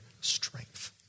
strength